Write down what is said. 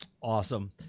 awesome